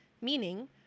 meaning